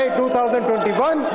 2021